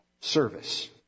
service